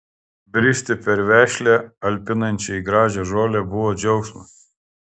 bristi per vešlią alpinančiai gražią žolę buvo džiaugsmas